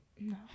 No